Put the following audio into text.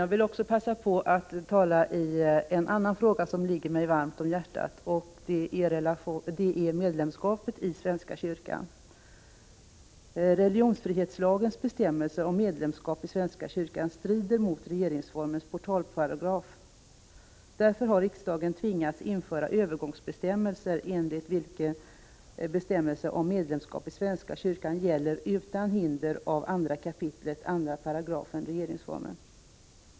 Jag vill också passa på att tala i en annan fråga som ligger mig varmt om hjärtat, nämligen medlemskapet i svenska kyrkan. Religionsfrihetslagens bestämmelser om medlemskap i svenska kyrkan strider mot regeringsformens portalparagraf. Därför har riksdagen tvingats införa övergångsbestämmelser enligt vilka bestämmelserna om medlemskap i svenska kyrkan gäller utan hinder av 2 kap. 2 § regeringsformen.